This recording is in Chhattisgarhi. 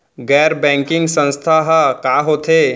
गैर बैंकिंग संस्था ह का होथे?